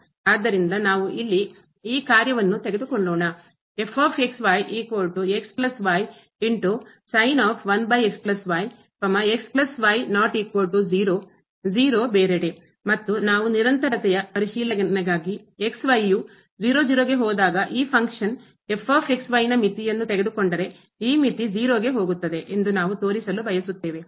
ಆದ್ದರಿಂದ ನಾವು ಇಲ್ಲಿ ಈ ಕಾರ್ಯವನ್ನು ತೆಗೆದುಕೊಳ್ಳೋಣ ಮತ್ತು ನಾವು ನಿರಂತರತೆಯ ಪರಿಶೀಲನೆಗಾಗಿ ಯು ಗೆ ಹೋದಾಗ ಈ ಫಂಕ್ಷನ್ ಕಾರ್ಯ ನ ಮಿತಿಯನ್ನು ತೆಗೆದುಕೊಂಡರೆ ಈ ಮಿತಿ 0 ಹೋಗುತ್ತದೆ ಎಂದು ನಾವು ತೋರಿಸಲು ಬಯಸುತ್ತೇವೆ